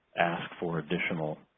ask for additional